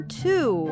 two